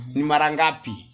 Nimarangapi